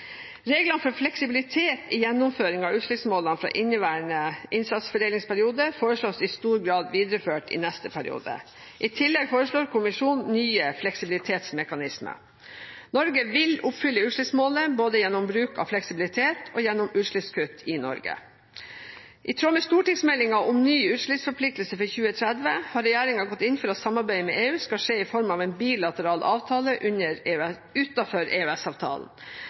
Reglene for fleksibilitet i gjennomføring av utslippsmålene fra inneværende innsatsfordelingsperiode foreslås i stor grad videreført i neste periode. I tillegg foreslår kommisjonen nye fleksibilitetsmekanismer. Norge vil oppfylle utslippsmålet både gjennom bruk av fleksibilitet og gjennom utslippskutt i Norge. I tråd med stortingsmeldingen om ny utslippsforpliktelse for 2030 har regjeringen gått inn for at samarbeidet med EU skal skje i form av en bilateral avtale